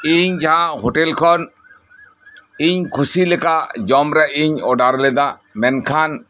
ᱤᱧ ᱡᱟᱦᱟᱸ ᱦᱳᱴᱮᱞ ᱠᱷᱚᱱ ᱤᱧ ᱠᱷᱩᱥᱤ ᱞᱮᱠᱟ ᱡᱚᱢ ᱨᱮ ᱤᱧ ᱚᱰᱟᱨ ᱞᱮᱫᱟ ᱢᱮᱱᱠᱷᱟᱱ